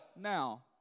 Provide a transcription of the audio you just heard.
Now